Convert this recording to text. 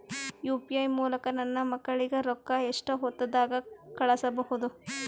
UPI ಮೂಲಕ ನನ್ನ ಮಕ್ಕಳಿಗ ರೊಕ್ಕ ಎಷ್ಟ ಹೊತ್ತದಾಗ ಕಳಸಬಹುದು?